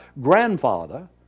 grandfather